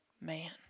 man